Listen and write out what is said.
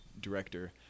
director